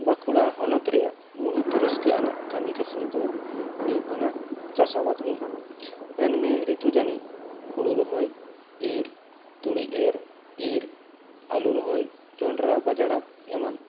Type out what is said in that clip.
ᱵᱟᱸᱠᱩᱲᱟ ᱦᱚᱱᱚᱛ ᱨᱮᱭᱟᱜ ᱢᱩᱲᱩᱫ ᱨᱟᱹᱥᱠᱟᱹ ᱟᱱᱟᱜ ᱠᱟᱹᱢᱤ ᱠᱟᱹᱥᱱᱤ ᱫᱚ ᱦᱩᱭᱩᱜ ᱠᱟᱱᱟ ᱪᱟᱥ ᱟᱵᱟᱫᱽ ᱜᱮ ᱢᱮᱱ ᱢᱮ ᱨᱤᱛᱩ ᱡᱟᱹᱱᱤᱡ ᱦᱳᱲᱳ ᱨᱚᱦᱚᱭ ᱤᱨ ᱛᱩᱲᱤ ᱮᱨ ᱤᱨ ᱟᱹᱞᱩ ᱨᱚᱦᱚᱭ ᱡᱚᱱᱰᱨᱟ ᱵᱟᱡᱽᱲᱟ ᱮᱢᱟᱱ